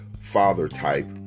father-type